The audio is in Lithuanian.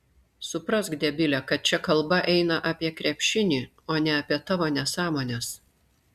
suprask debile kad čia kalba eina apie krepšinį o ne apie tavo nesąmones